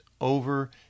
over